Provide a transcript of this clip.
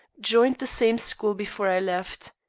joined the same school before i left.